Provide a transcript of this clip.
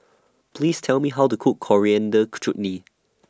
Please Tell Me How to Cook Coriander Chutney